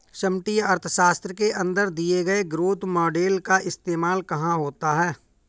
समष्टि अर्थशास्त्र के अंदर दिए गए ग्रोथ मॉडेल का इस्तेमाल कहाँ होता है?